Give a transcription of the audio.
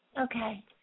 Okay